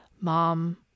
Mom